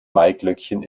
maiglöckchen